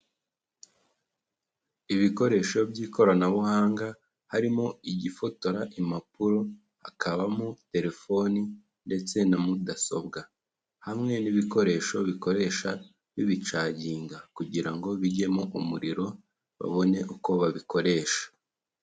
Ibikoresho by'ikoranabuhanga, harimo igifotora impapuro, hakabamo terefoni ndetse na mudasobwa. Hamwe n'ibikoresho bikoresha bibicaginga. Kugira ngo bijyemo umuriro, babone uko babikoresha.